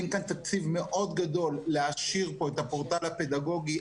כאן תקציב מאוד גדול להעשיר את הפורטל הפדגוגי.